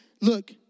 look